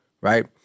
right